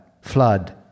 flood